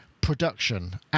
Production